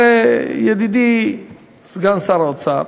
הרי, ידידי סגן שר האוצר,